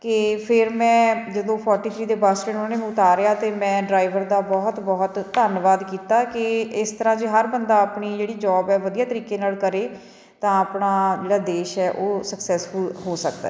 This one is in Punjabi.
ਕਿ ਫਿਰ ਮੈਂ ਜਦੋਂ ਫੋਟੀ ਥ੍ਰੀ ਦੇ ਬੱਸ ਸਟੈਂਡ ਉਹਨਾਂ ਨੇ ਮੈਨੂੰ ਉਤਾਰਿਆ ਤਾਂ ਮੈਂ ਡਰਾਈਵਰ ਦਾ ਬਹੁਤ ਬਹੁਤ ਧੰਨਵਾਦ ਕੀਤਾ ਕਿ ਇਸ ਤਰ੍ਹਾਂ ਜੇ ਹਰ ਬੰਦਾ ਆਪਣੀ ਜਿਹੜੀ ਜੋਬ ਹੈ ਵਧੀਆ ਤਰੀਕੇ ਨਾਲ ਕਰੇ ਤਾਂ ਆਪਣਾ ਜਿਹੜਾ ਦੇਸ਼ ਹੈ ਉਹ ਸਕਸੈਸਫੁੱਲ ਹੋ ਸਕਦਾ ਹੈ